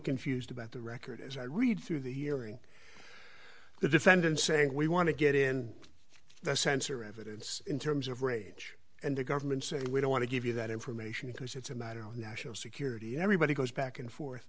confused about the record as i read through the hearing the defendant saying we want to get in the sensor evidence in terms of rage and the government said we don't want to give you that information because it's a matter of national security and everybody goes back and forth